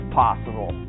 possible